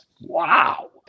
Wow